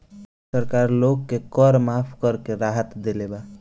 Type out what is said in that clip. सरकार लोग के कर माफ़ करके राहत देले बा